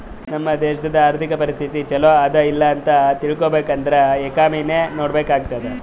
ನಮ್ ದೇಶಾ ಅರ್ಥಿಕ ಪರಿಸ್ಥಿತಿ ಛಲೋ ಅದಾ ಇಲ್ಲ ಅಂತ ತಿಳ್ಕೊಬೇಕ್ ಅಂದುರ್ ಎಕನಾಮಿನೆ ನೋಡ್ಬೇಕ್ ಆತ್ತುದ್